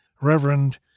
Reverend